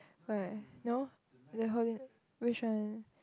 right no then how it which one